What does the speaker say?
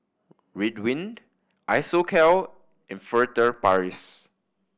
Ridwind Isocal and Furtere Paris